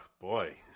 boy